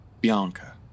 Bianca